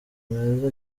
meza